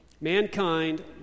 Mankind